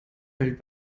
built